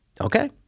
okay